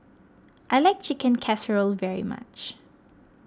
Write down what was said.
I like Chicken Casserole very much